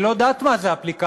היא לא יודעת מה זה אפליקציה,